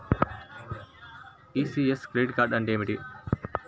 ECS credit అంటే ఏమిటి?